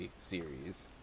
series